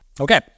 Okay